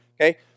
okay